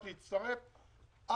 להצטרף.